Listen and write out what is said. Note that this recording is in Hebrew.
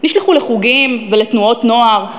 נשלחו לחוגים ולתנועות נוער.